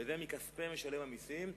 וזה מכספי משלם המסים,